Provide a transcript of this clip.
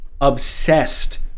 obsessed